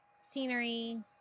scenery